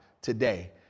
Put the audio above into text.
today